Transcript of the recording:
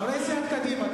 חברי סיעת קדימה,